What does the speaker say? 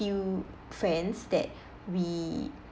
few friends that we